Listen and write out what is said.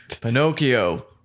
Pinocchio